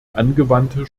angewandte